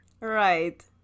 right